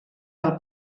del